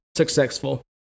successful